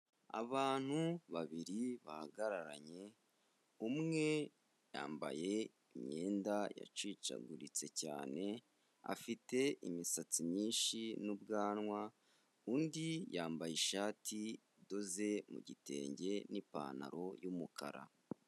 Abantu babiri bahagararanye, umwe yambaye imyenda yacicaguritse cyane, afite imisatsi myinshi n'ubwanwa, undi yambaye ishati idoze mu gitenge, n'ipantaro y'umukara.